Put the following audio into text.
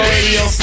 Radio